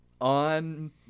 on